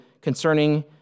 concerning